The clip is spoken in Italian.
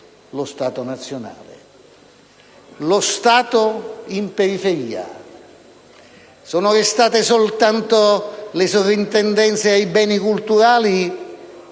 lo Stato nazionale. Quanto allo Stato in periferia, sono restate soltanto le soprintendenze ai beni culturali,